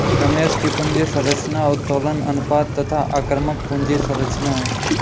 रमेश की पूंजी संरचना उत्तोलन अनुपात तथा आक्रामक पूंजी संरचना है